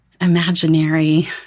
imaginary